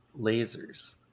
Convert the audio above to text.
Lasers